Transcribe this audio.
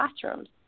classrooms